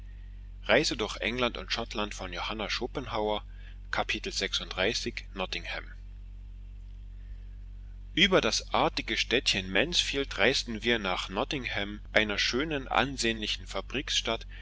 über das artige städtchen mansfield reisten wir nach notthingham einer schönen ansehnlichen